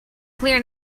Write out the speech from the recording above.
clear